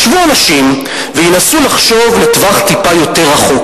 ישבו אנשים וינסו לחשוב לטווח טיפה יותר רחוק,